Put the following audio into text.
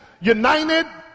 united